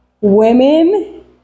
women